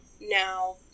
now